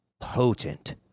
potent